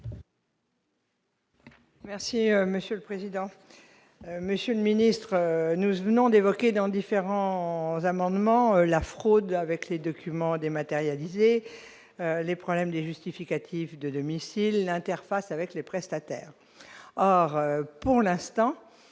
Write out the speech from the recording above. merci Monsieur le Président,